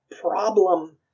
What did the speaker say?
problem